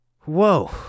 Whoa